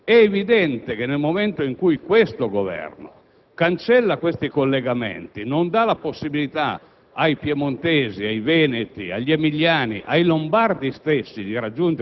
il tribunale di Genova condanna il Governo a ripristinare le concessionarie e invia il tutto alla Corte di giustizia europea perché ripristini quel